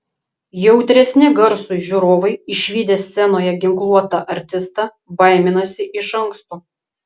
jautresni garsui žiūrovai išvydę scenoje ginkluotą artistą baiminasi iš anksto